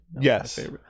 Yes